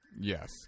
Yes